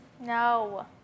No